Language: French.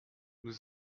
nous